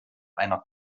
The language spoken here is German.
einer